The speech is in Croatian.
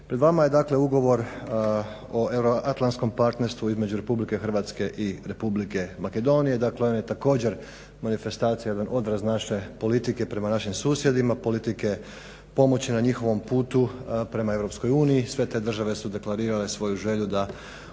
Pred vama je dakle ugovor o euroatlantskom partnerstvu između RH i Republike Makedonije, dakle on je također manifestacija, jedan odraz naše politike prema našim susjedima, politike pomoći na njihovom putu prema EU, sve te države su deklarirale svoju želju da uđu